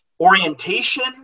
orientation